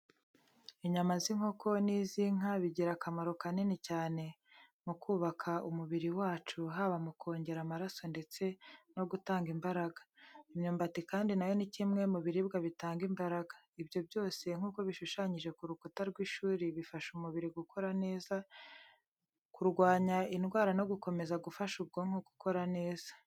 Inyama z’inkoko n’iz’inka bigira akamaro kanini cyane mu kubaka umubiri wacu, haba mu kongera amaraso ndetse no gutanga imbaraga. Imyumbati kandi na yo ni kimwe mu biribwa bitanga imbaraga. Ibyo byose nk'uko bishushanyije ku rukuta rw'ishuri bifasha umubiri gukora neza, kurwanya indwara no gukomeza gufasha ubwonko gukora neza.